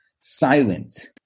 Silent